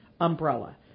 umbrella